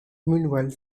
meanwhile